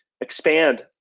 expand